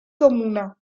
comuna